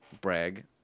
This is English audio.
Brag